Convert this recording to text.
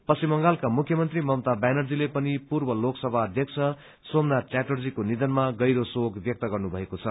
पश्चिम बंगालका मुख्यमन्त्री ममता ब्यानर्जीले पनि पूर्व लोकसभा अध्यक्ष सोमनाथ च्याटर्जीको निधनमा गहिरो शोक र्व्या गर्नुभएको छ